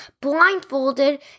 blindfolded